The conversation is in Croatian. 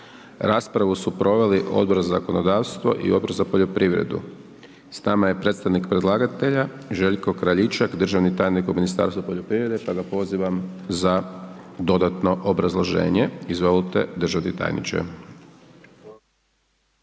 Raspravu su proveli Odbor za zakonodavstvo i Odbor za poljoprivredu. S nama je predstavnik predlagatelja Željko Kraljičak, državni tajnik u Ministarstvu poljoprivrede, pa ga pozivam za dodatno obrazloženje. Izvolite državni tajniče.